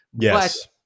Yes